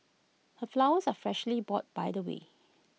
her flowers are freshly bought by the way